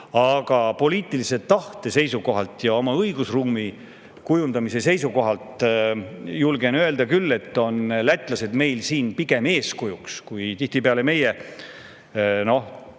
Aga poliitilise tahte seisukohalt ja õigusruumi kujundamise seisukohalt, julgen öelda küll, on lätlased meile pigem eeskujuks. Tihtipeale me tunneme,